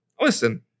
listen